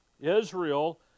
Israel